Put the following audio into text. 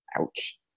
Ouch